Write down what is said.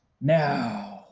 Now